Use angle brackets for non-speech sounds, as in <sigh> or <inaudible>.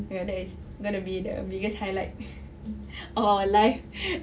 ya that is going to be the biggest highlight <laughs> of our life